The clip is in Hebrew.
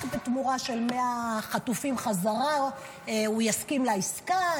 רק בתמורה ל-100 חטופים חזרה הוא יסכים לעסקה,